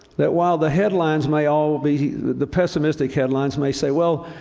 that while the headlines may all be the pessimistic headlines may say, well,